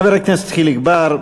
חבר הכנסת חיליק בר,